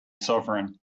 sovereign